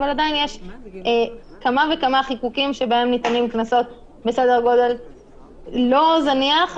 עדיין יש כמה וכמה חיקוקים שבהם ניתנים קנסות בסדר גודל לא זניח,